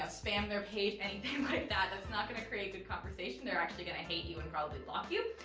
ah spam their page, anything like that, it's not gonna create good conversation. they're actually gonna hate you and probably block you,